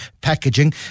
packaging